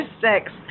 six